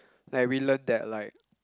like we learn that like